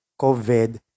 covid